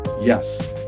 Yes